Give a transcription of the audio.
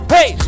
Hey